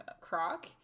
Croc